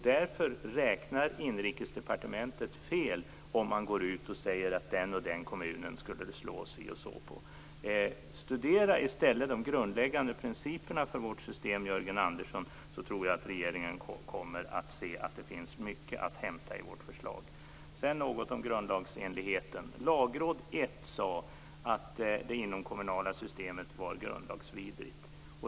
Därför räknar Inrikesdepartementet fel om man går ut och säger att den och den kommunen skulle det slå si och så på. Studera i stället de grundläggande principerna för vårt system, Jörgen Andersson! Då tror jag att regeringen kommer att se att det finns mycket att hämta i vårt förslag. Jag vill också säga något om grundlagsenligheten. Lagrådet nr 1 sade att det inomkommunala systemet var grundlagsvidrigt.